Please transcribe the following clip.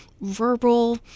verbal